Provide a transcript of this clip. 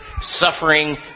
suffering